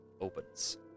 opens